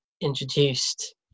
introduced